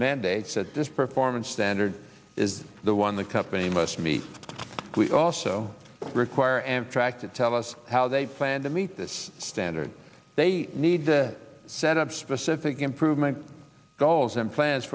mandates this performance standard is the one the company must meet we also require amtrak to tell us how they plan to meet the standard they need to set up specific improvement goals and plans